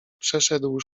przeszedł